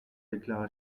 déclara